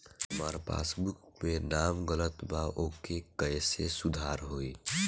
हमार पासबुक मे नाम गलत बा ओके कैसे सुधार होई?